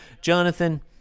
Jonathan